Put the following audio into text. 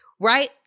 right